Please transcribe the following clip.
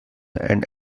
and